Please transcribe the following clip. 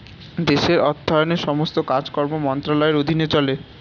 দেশের অর্থায়নের সমস্ত কাজকর্ম মন্ত্রণালয়ের অধীনে চলে